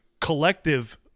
collective